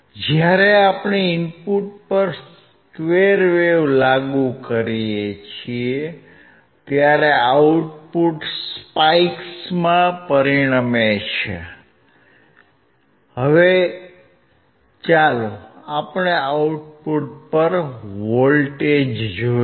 જ્યારે આપણે ઇનપુટ પર સ્કવેર વેવ લાગુ કરીએ છીએ ત્યારે આઉટપુટ સ્પાઇકમાં પરિણમે છે હવે ચાલો આપણે આઉટપુટ પર વોલ્ટેજ જોઈએ